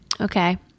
Okay